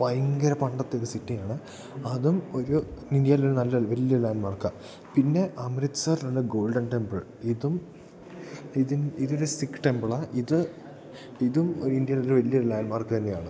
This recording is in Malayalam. ഭയങ്കര പണ്ടത്തെയൊരു സിറ്റിയാണ് അതും ഒരു ഇന്ത്യയിൽ നല്ലത് വലിയ ലാൻ്റ്മാർക്കാണ് പിന്നെ അമൃത്സറിലുള്ള ഗോൾഡൻ ടെമ്പിൾ ഇതും ഇതൊരു സിഖ് ടെമ്പിളാണ് ഇത് ഇതും ഒരു ഇന്ത്യയിൽ വലിയൊരു ലാൻ്റ്മാർക്ക് തന്നെയാണ്